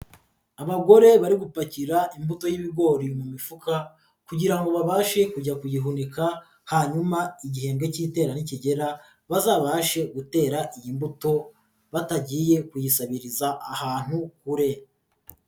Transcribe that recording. Abagore bari gupakira imbuto y'ibigori mu mifuka kugira ngo babashe kujya kuyihunika, hanyuma igihembwe cy'itera nikigera bazabashe gutera iyi mbuto batagiye kuyitabiriza ahantu kurere.